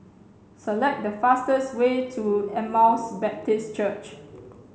select the fastest way to Emmaus Baptist Church